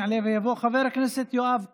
יעלה ויבוא חבר הכנסת יואב קיש.